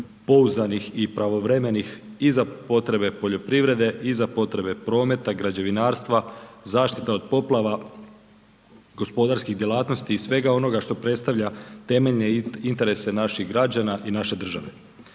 pouzdanih i pravovremenih i za potrebe poljoprivrede i za potrebe prometa, građevinarstva, zaštita od poplava, gospodarskih djelatnosti i svega onoga što predstavlja temeljne interese naših građana i naše države,